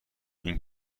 این